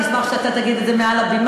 אני אשמח אם אתה תגיד את זה מעל הבמה,